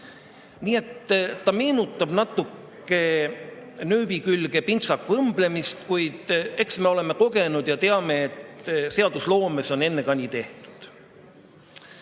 Nii et see meenutab natuke nööbi külge pintsaku õmblemist, kuid eks me oleme seda kogenud ja teame, et seadusloomes on enne ka nii tehtud. Ma